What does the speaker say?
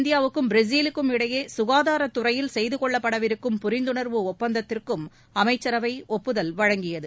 இந்தியாவுக்கும் மாதம் இடையே சுகாதாரதுறையில் அடுத்த செய்துக்கொள்ளப்படவிருக்கும் பரிந்துணர்வு ஒப்பந்தத்திற்கும் அமைச்சரவை ஒப்புதல் வழங்கியது